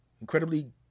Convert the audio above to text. Incredibly